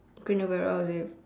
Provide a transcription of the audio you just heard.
green overalls with